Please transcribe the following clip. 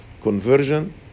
conversion